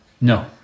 No